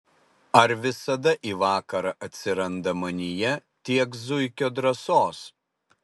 ar visada į vakarą atsiranda manyje tiek zuikio drąsos